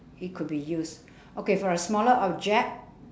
it could be used okay for a smaller object